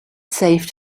saved